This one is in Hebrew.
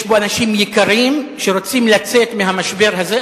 יש בו אנשים יקרים שרוצים לצאת מהמשבר הזה.